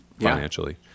financially